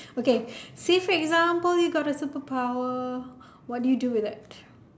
okay say for example you got a superpower what do you do with it